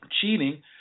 cheating